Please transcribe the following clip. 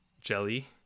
jelly